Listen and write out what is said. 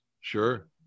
Sure